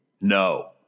No